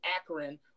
Akron